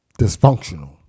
dysfunctional